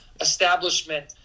establishment